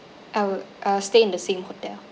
I would uh stay in the same hotel